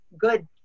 good